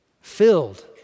filled